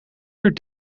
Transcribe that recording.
uur